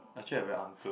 actually I very uncle